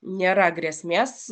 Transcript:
nėra grėsmės